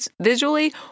visually